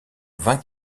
vingt